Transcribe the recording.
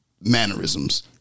mannerisms